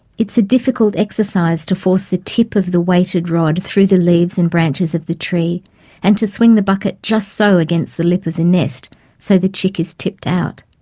it's a difficult exercise to force the tip of the weighted rod through the leaves and branches of the tree and to swing the bucket just so against the lip of the nest so the chick is tipped out.